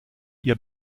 ihr